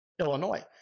Illinois